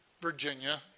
Virginia